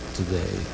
today